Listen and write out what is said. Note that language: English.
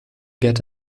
get